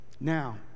Now